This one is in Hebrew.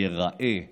ייראה השלם.